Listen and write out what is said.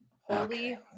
Holy